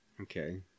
Okay